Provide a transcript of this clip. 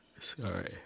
sorry